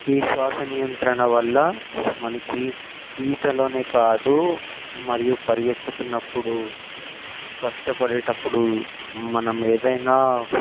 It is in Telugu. ఈ శ్వాస నియంత్రణ వల్ల మనకి ఈతలోనే కాదు మరియు పరుగెత్తుతున్నపుడు కష్టపడేటప్పుడు మనం ఏదైనా